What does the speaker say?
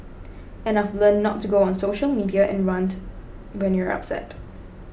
and I've learnt not to go on social media and rant when you're upset